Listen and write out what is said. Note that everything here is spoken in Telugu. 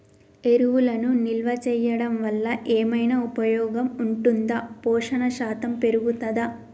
ఎరువులను నిల్వ చేయడం వల్ల ఏమైనా ఉపయోగం ఉంటుందా పోషణ శాతం పెరుగుతదా?